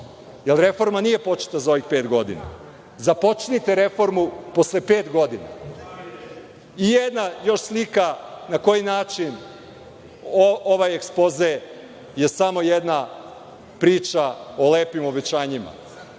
reforma nije početa za ovih pet godina. Započnite reformu posle pet godina.I još jedna slika na koji način je ovaj ekspoze samo jedna priča o lepim obećanjima.